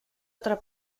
otra